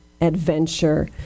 adventure